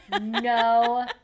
no